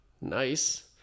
Nice